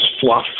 fluff